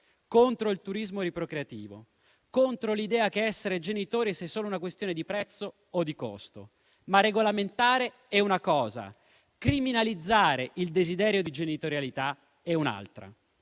contro il turismo procreativo, contro l'idea che essere genitori sia solo una questione di prezzo o di costo, ma regolamentare è una cosa, criminalizzare il desiderio di genitorialità e un'altra.